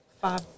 five